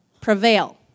prevail